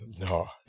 No